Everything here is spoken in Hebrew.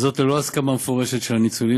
וזאת ללא הסכמה מפורשת של הניצולים,